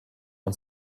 und